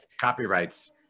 copyrights